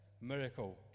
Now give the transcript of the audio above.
miracle